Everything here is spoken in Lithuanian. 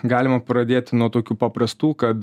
galima pradėti nuo tokių paprastų kad